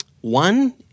One